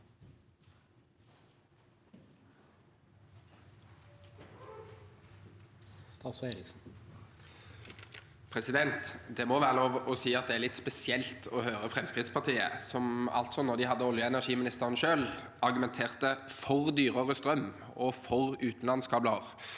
Det må være lov å si at det er litt spesielt å høre Fremskrittspartiet, som da de hadde olje- og energiministeren selv, argumenterte for dyrere strøm og for utenlandskabler,